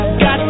got